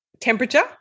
temperature